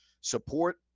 support